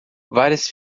várias